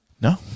No